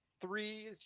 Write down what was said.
three